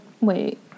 Wait